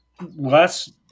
less